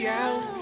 out